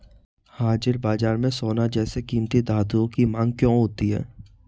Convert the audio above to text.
हाजिर बाजार में सोना जैसे कीमती धातुओं की मांग क्यों होती है